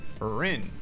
Rin